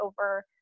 over